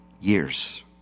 years